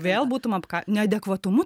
vėl būtum apka neadekvatumu